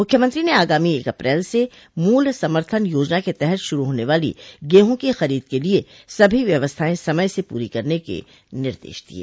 मुख्यमंत्री ने आगामो एक अप्रैल से मूल समर्थन योजना क तहत शुरू होने वाली गेहूं कि खरीद के लिए सभी व्यवस्थाएं समय से पूरी करने के निर्देश दिये